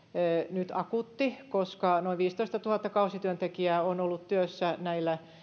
nyt akuutti koska noin viisitoistatuhatta kausityöntekijää on ollut työssä näillä